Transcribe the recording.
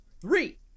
Three